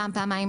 פעם-פעמיים